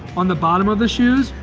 on the bottom of the shoes,